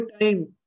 time